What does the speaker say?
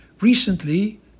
Recently